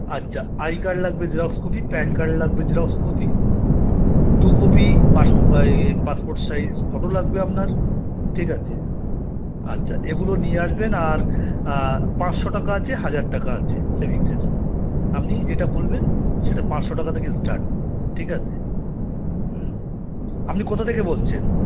আর যা I card লাগবে xerox copy PAN card লাগবে জেরক্স কপি দু কপি পাসপোর্ট এই পাসপোর্ট সাইজ ফটো লাগবে আপনার ঠিক আছে আচ্ছা এগুলো নিয়ে আসবেন আর পাঁচশো টাকা আছে হাজার টাকা আছে সেভিংসের আপনি যেটা খুলবেন সেটা পাঁচশো টাকা থেকে স্টার্ট ঠিক আছে হুম আপনি কোথা থেকে বলছেন